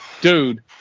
dude